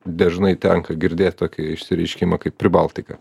dažnai tenka girdėt tokį išsireiškimą kaip pribaltika